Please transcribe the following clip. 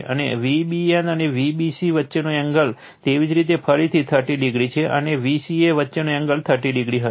અને Vbn અને Vbc વચ્ચેનો એંગલ તેવી જ રીતે ફરીથી 30o છે અને Vca વચ્ચેનો એંગલ 30o હશે